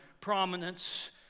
prominence